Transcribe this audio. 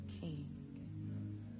king